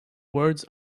words